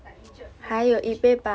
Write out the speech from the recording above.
but legit legit